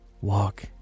walk